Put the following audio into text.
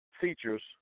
features